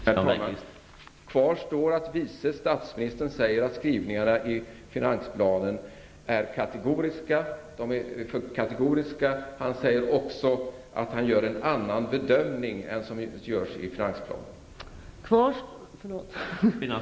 Herr talman! Kvar står att vice statsministern säger att skrivningarna i finansplanen är kategoriska. Han säger också att han gör en annan bedömning än den som görs i finansplanen.